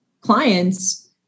clients